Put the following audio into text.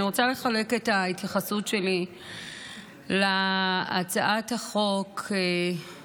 אני רוצה לחלק את ההתייחסות שלי להצעת החוק המבישה,